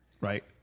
Right